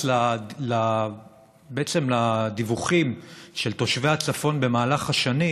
ביחס לדיווחים של תושבי הצפון במהלך השנים